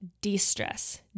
de-stress